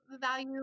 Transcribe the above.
value